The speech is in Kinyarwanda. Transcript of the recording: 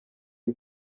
iyi